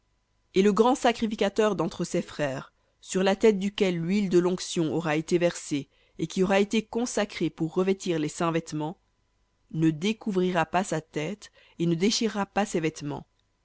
et le grand sacrificateur d'entre ses frères sur la tête duquel l'huile de l'onction aura été versée et qui aura été consacré pour revêtir les vêtements ne découvrira pas sa tête et ne déchirera pas ses vêtements